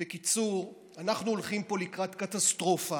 בקיצור, אנחנו הולכים פה לקראת קטסטרופה.